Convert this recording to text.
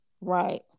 right